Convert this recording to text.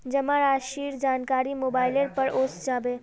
जमा राशिर जानकारी मोबाइलेर पर ओसे जाबे